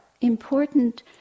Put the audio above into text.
important